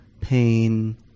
pain